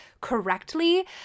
correctly